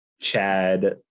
Chad